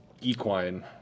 equine